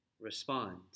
respond